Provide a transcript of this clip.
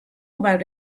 about